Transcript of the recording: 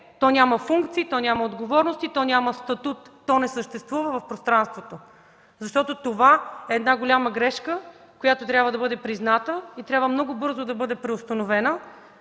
то няма функции, няма отговорности, няма статут, то не съществува в пространството, защото това е една голяма грешка, която трябва да бъде призната и трябва много бързо да бъде преустановена.